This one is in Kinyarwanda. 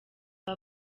aba